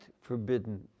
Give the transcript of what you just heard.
forbidden